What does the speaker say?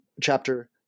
chapter